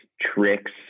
tricks